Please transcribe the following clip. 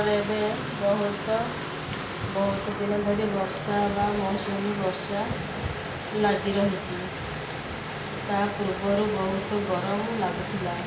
ଏବେ ବହୁତ ବହୁତ ଦିନ ଧରି ବର୍ଷା ବା ମନ୍ସୁନ୍ ବର୍ଷା ଲାଗି ରହିଛି ତା ପୂର୍ବରୁ ବହୁତ ଗରମ ଲାଗୁଥିଲା